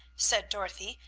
said dorothy.